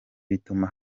bituma